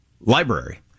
Library